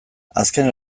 azken